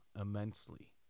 immensely